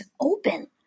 open